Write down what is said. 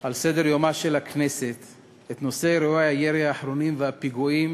על סדר-יומה של הכנסת את נושא אירועי הירי האחרונים והפיגועים